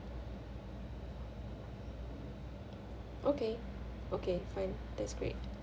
okay okay fine that's great